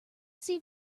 see